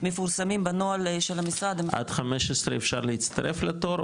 מפורסמים בנוהל שבמשרד --- עד 15 אפשר להצטרף לתור,